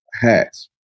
hats